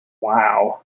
Wow